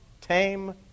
tame